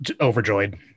overjoyed